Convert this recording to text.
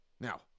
Now